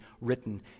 written